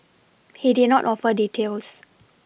he did not offer details